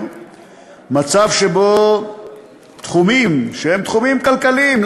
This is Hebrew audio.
מצב שבו תחומים שהם תחומים כלכליים,